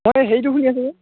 মই হেৰিটো শুনি আছোঁ আকৌ